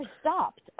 stopped